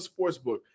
sportsbook